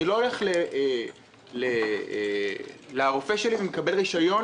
לא צריך ללכת לרופא שלי על-מנת לקבל רישיון.